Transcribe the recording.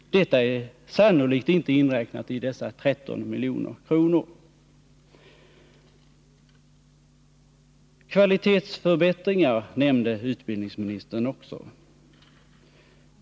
Detta är sannolikt inte inräknat i dessa 13 milj.kr. Kvalitetsförbättringar nämnde utbildningsministern också.